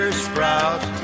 sprout